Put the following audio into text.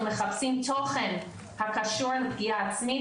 או מחפשים תוכן הקשור לפגיעה עצמית,